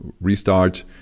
restart